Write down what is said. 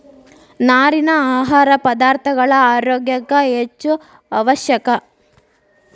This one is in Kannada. ನಾರಿನ ಆಹಾರ ಪದಾರ್ಥಗಳ ಆರೋಗ್ಯ ಕ್ಕ ಹೆಚ್ಚು ಅವಶ್ಯಕ